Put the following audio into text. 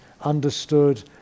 understood